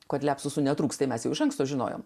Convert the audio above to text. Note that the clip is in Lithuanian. kad liapsusų netrūksta mes jau iš anksto žinojome